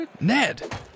Ned